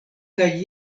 kaj